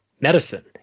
medicine